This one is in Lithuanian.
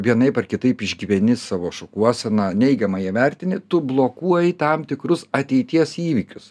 vienaip ar kitaip išgyveni savo šukuoseną neigiamai ją vertini tu blokuoji tam tikrus ateities įvykius